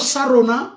Sarona